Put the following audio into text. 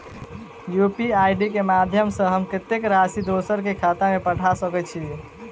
UPI केँ माध्यम सँ हम कत्तेक राशि दोसर केँ खाता मे पठा सकैत छी?